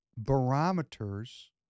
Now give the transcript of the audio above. Barometers